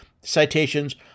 citations